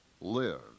live